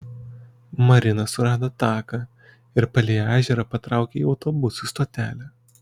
marina surado taką ir palei ežerą patraukė į autobusų stotelę